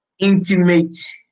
intimate